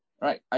Right